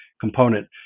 component